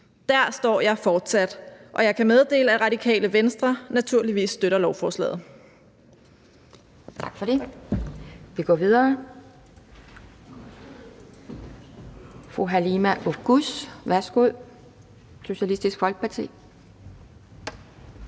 Der står jeg fortsat, og jeg kan meddele, at Radikale Venstre naturligvis støtter lovforslaget.